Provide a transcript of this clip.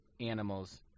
animals